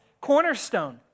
cornerstone